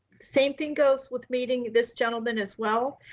same thing goes with meeting this gentleman as well.